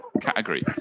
category